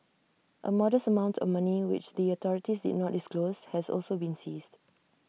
A modest amount of money which the authorities did not disclose has also been seized